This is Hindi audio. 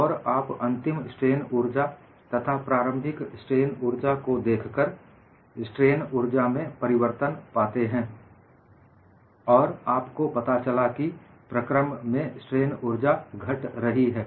और आप अंतिम स्ट्रेन ऊर्जा तथा प्रारंभिक स्ट्रेन ऊर्जा को देखकर स्ट्रेन ऊर्जा में परिवर्तन पाते हैं और आपको पता चला कि प्रक्रम में स्ट्रेन ऊर्जा घट गई है